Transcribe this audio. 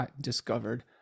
discovered